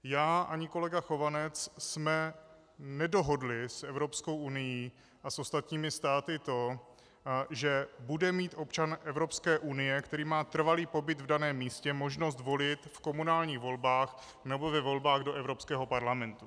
Já ani kolega Chovanec jsme nedohodli s Evropskou unií a s ostatními státy to, že bude mít občan Evropské unie, který má trvalý pobyt v daném místě, možnost volit v komunálních volbách nebo ve volbách do Evropského parlamentu.